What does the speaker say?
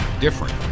different